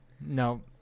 no